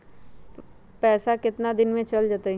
पैसा कितना दिन में चल जतई?